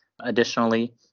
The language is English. Additionally